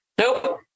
Nope